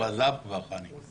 הוא עזב כבר, חני.